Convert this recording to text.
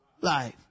life